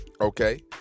okay